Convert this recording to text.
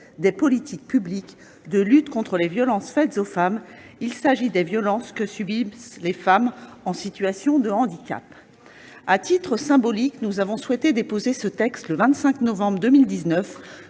des politiques publiques de lutte contre les violences faites aux femmes : il s'agit des violences que subissent les femmes en situation de handicap. À titre symbolique, nous avons souhaité déposer ce texte le 25 novembre 2019,